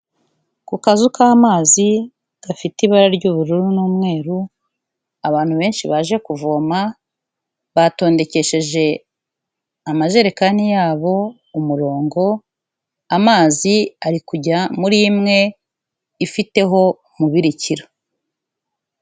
Ku kazu k'amazi gafite ibara ry'ubururu n'umweru, abantu benshi baje kuvoma, batondekesheje amajerekani yabo umurongo, amazi ari kujya muri imwe ifiteho umubirikira.